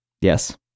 Yes